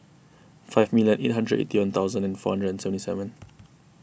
five million eight hundred eighty one thousand and four hundred and seventy seven